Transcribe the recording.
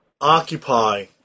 occupy